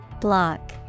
Block